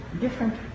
different